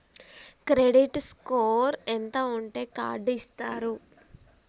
Credit score ఎంత ఉంటే card ఇస్తారు?